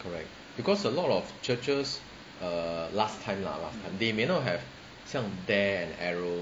correct because a lot of churches err last time lah last time they may not have 像 dare and arrow